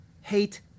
hate